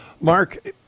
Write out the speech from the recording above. Mark